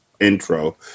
intro